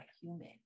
human